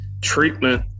Treatment